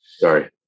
Sorry